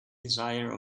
desire